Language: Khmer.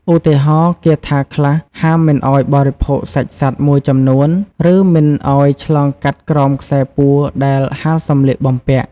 ឧទាហរណ៍ គាថាខ្លះហាមមិនឱ្យបរិភោគសាច់សត្វមួយចំនួន ឬមិនឱ្យឆ្លងកាត់ក្រោមខ្សែពួរដែលហាលសម្លៀកបំពាក់។